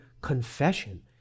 confession